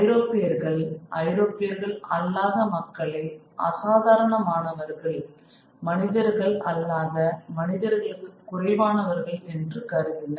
ஐரோப்பியர்கள் ஐரோப்பியர்கள் அல்லாத மக்களை அசாதாரணமானவர்கள் மனிதர்கள் அல்லாத மனிதர்களுக்கு குறைவானவர்கள் என்று கருதினர்